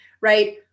right